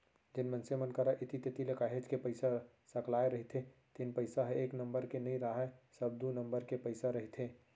जेन मनसे मन करा ऐती तेती ले काहेच के पइसा सकलाय रहिथे तेन पइसा ह एक नंबर के नइ राहय सब दू नंबर के पइसा रहिथे